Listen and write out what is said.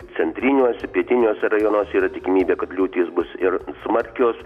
centriniuose pietiniuose rajonuose yra tikimybė kad liūtys bus ir smarkios